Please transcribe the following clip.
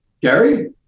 Gary